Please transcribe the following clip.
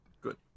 Good